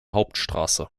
hauptstraße